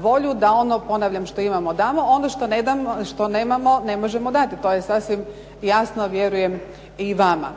volju da ono, ponavljam, što imamo damo, ono što nemamo ne možemo dati. To je sasvim jasno vjerujem i vama.